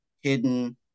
hidden